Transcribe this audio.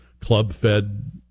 club-fed